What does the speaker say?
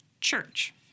church